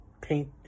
paint